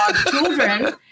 children